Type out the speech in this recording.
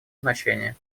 значение